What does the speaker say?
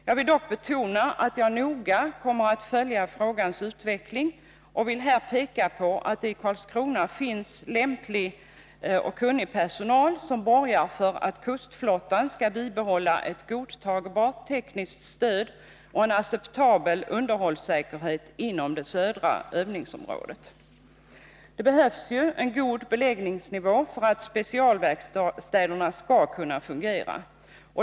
Jag vill dock betona att jag noga kommer att följa frågans utveckling och vill här peka på att det i Karlskrona finns lämplig och kunnig personal, som borgar för att kustflottan skall bibehålla ett godtagbart tekniskt stöd och en acceptabel underhållssäkerhet inom det södra övnings Det behövs en god beläggningsnivå för att specialverkstäderna skall kunna fungera.